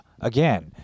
again